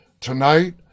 Tonight